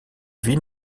vie